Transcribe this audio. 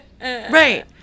Right